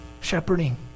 Shepherding